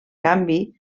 canvi